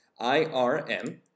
IRM